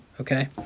okay